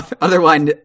otherwise